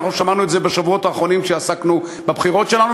אנחנו שמענו את זה בשבועות האחרונים כשעסקנו בבחירות שלנו.